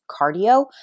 cardio